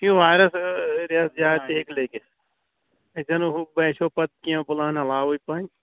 چھُ یہِ واریاہ رٮ۪تھ زیادٕ تہِ ہیٚکہِ لٔگِتھ أسۍ انو ہُو باسٮ۪و پَتہٕ کیٚنٛہہ پُلانا علاوے پہن